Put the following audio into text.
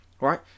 right